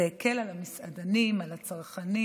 זה הקל על המסעדנים, על הצרכנים.